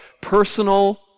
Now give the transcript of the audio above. personal